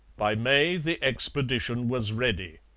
by may the expedition was ready.